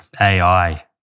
AI